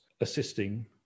assisting